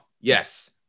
yes